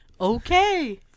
Okay